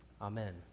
Amen